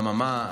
אממה?